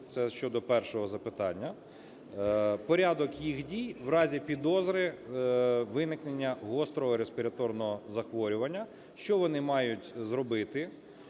це щодо першого запитання, порядок їх дій в разі підозри виникнення гострого респіраторного захворювання, що вони мають зробити,